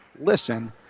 Listen